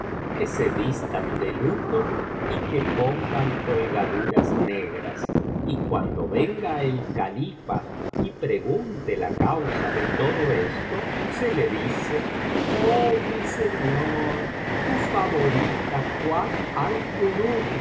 que se vistan de luto y que pongan colgaduras negras y cuando venga el califa y pregunte la causa de todo esto se le dice oh mi señor tu favorita kuat